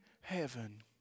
heaven